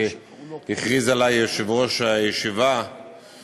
לחדור ליישובים ולבצע פיגועים דרכן באזרחים,